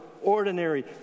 ordinary